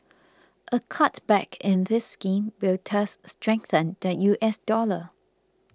a cutback in this scheme will thus strengthen the US dollar